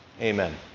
Amen